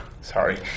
Sorry